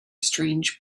strange